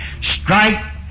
strike